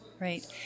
right